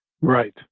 Right